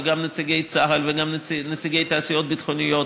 וגם נציגי צה"ל וגם נציגי התעשיות הביטחוניות,